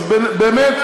אז באמת,